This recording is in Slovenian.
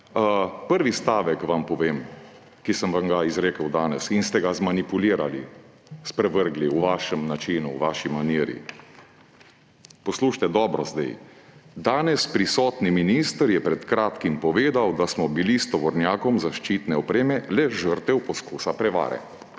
Prvi stavek, ki sem vam ga izrekel danes, vam povem, in ste ga zmanipulirali, sprevrgli v vašem načinu, v vaši maniri. Poslušajte zdaj dobro: »Danes prisotni minister je pred kratkim povedal, da smo bili s tovornjakom zaščitne opreme le žrtev poizkusa prevare.«